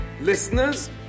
Listeners